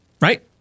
right